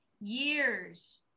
years